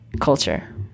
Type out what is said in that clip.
culture